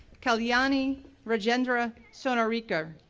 kalyani rajendra sonarikar,